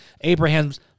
Abraham's